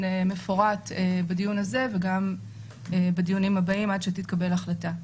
מפורט בדיון הזה וגם בדיונים הבאים עד שתתקבל ההחלטה.